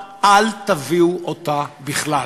אל תביאו אותה בשבוע הבא, אל תביאו אותה בכלל.